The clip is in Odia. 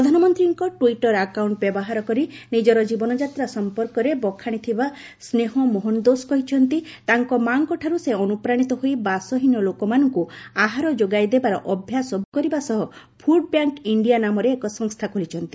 ପ୍ରଧାନମନ୍ତ୍ରୀଙ୍କ ଟ୍ୱିଟର୍ ଆକାଉଣ୍ଟ ବ୍ୟବହାର କରି ନିଜର ଜୀବନଯାତ୍ରା ସମ୍ପର୍କରେ ବଖାଶିଥିବା ସ୍ନେହ ମୋହନଦୋସ କହିଛନ୍ତି ତାଙ୍କ ମା'ଙ୍କଠାରୁ ସେ ଅନୁପ୍ରାଣିତ ହୋଇ ବାସହୀନ ଲୋକମାନଙ୍କୁ ଆହାର ଯୋଗାଇଦେବାର ଅଭ୍ୟାସ ବୃଦ୍ଧି କରିବା ସହ 'ଫୁଡ୍ବ୍ୟାଙ୍କ୍ ଇଣ୍ଡିଆ' ନାମରେ ଏକ ସଂସ୍ଥା ଖୋଲିଛନ୍ତି